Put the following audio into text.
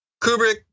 Kubrick